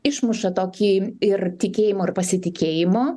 išmuša tokį ir tikėjimo ir pasitikėjimo